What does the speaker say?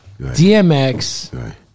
DMX